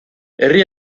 herri